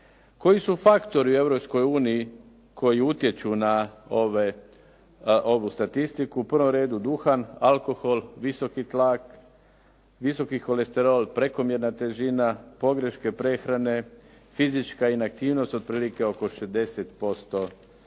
Koji su faktori u Europskoj uniji koji utječu na ovu statistiku. U prvom redu duhan, alkohol, visoki tlak, visoki kolesterol, prekomjerna težina, pogreške prehrane, fizička inaktivnost otprilike oko 60% svega